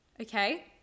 Okay